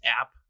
app